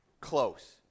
Close